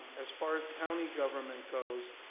as far as county government goes,